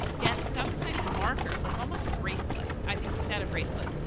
get some kind of marker like almost a bracelet. i think he said a bracelet.